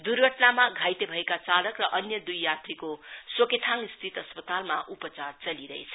दुर्घटनामा घाइते भएका चालक र अन्य दुई यात्रीको सोकेथाङस्थित अस्पकतालमा उपचार चलिरहेछ